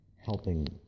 helping